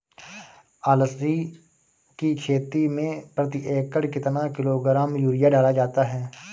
अलसी की खेती में प्रति एकड़ कितना किलोग्राम यूरिया डाला जाता है?